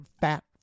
fat